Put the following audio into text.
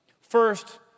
first